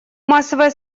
массовое